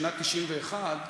בשנת 91'